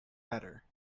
better